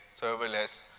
serverless